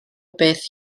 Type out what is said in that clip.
beth